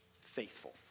faithful